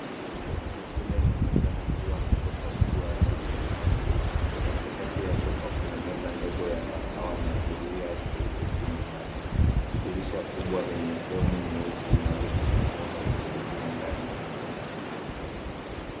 Sebule inaonekana kuwa na sofa kubwa ya rangi ya kahawia. Katikati ya sofa kuna meza ndogo ya kahawa na zulia jeupe chini yake. Dirisha kubwa lenye fremu nyeusi linaruhusu mwanga kuingia ndani ya chumba.